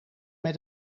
met